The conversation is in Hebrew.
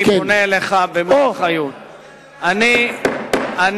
אני פונה אליך במלוא האחריות: אני הצעתי